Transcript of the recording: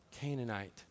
Canaanite